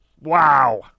Wow